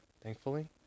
thankfully